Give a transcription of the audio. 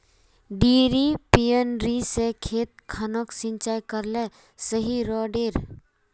डिरिपयंऋ से खेत खानोक सिंचाई करले सही रोडेर?